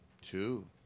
Two